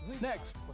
Next